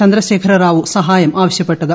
ചന്ദ്രശേഖരറാവു സഹായം ആവശ്യപ്പെട്ടത്